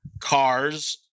cars